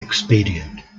expedient